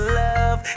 love